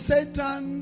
Satan